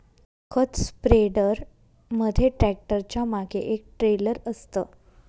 खत स्प्रेडर मध्ये ट्रॅक्टरच्या मागे एक ट्रेलर असतं